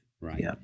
right